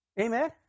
Amen